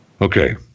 Okay